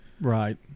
Right